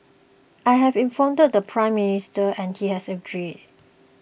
I have informed the Prime Minister and he has agreed